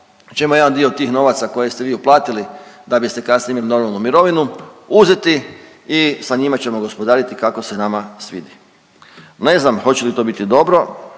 ćemo jedan dio od tih novaca koje ste vi uplatiti da biste kasnije imali normalnu mirovinu, uzeti i sa njima ćemo gospodariti kako se nama svidi. Ne znam, hoće li to biti dobro,